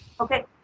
Okay